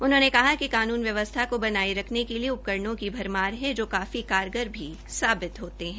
उन्होंने कहा कि कानून व्यवस्था को बनाये रखने के लिए उपकरणों की भरमार है जो काफी कारगर भी साबित होते है